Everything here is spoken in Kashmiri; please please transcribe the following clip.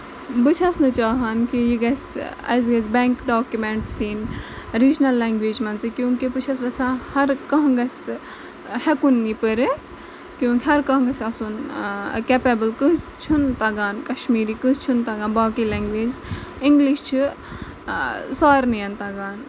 بہٕ چھَس نہٕ چاہان کہِ یہِ گژھِ اَسہِ گژھِ بینٛک ڈاکِمینٛٹٕس یِنۍ رِجنل لٮ۪نگویج منٛزٕے کیوں کہِ بہٕ چھَس یَژھان ہر کانٛہہ گژھِ ہیٚکُن یہِ پٔرِتھ کیوں ہر کانٛہہ گژھِ آسُن کیٚپیبٕل کٲنسہِ چھُنہٕ تَگان کَشمیٖرِ کٲنسہِ چھُنہٕ تَگان باقٕے لٮ۪نگویجٕز اِنگلِش چھُ سارنٕے تَگان